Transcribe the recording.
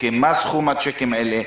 סכום הצ'קים האלה.